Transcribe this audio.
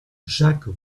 jacques